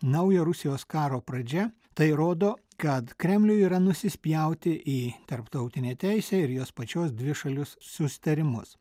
naujo rusijos karo pradžia tai rodo kad kremliui yra nusispjauti į tarptautinę teisę ir jos pačios dvišalius susitarimus